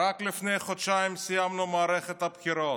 רק לפני חודשיים סיימנו מערכת בחירות.